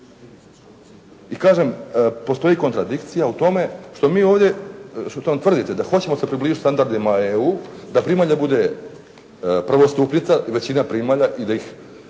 I kažem, postoji kontradikcija u tome što mi ovdje, što nam tvrdite da se hoćemo se približiti standardima EU, da primalja bude prvostupnica, većina primalja i da ih,